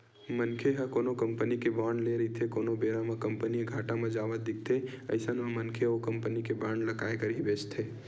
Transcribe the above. मनखे ह कोनो कंपनी के बांड ले रहिथे कोनो बेरा म कंपनी ह घाटा म जावत दिखथे अइसन म मनखे ओ कंपनी के बांड ल काय करही बेंचथे